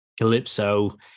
Calypso